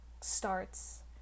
starts